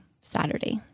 Saturday